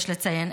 יש לציין,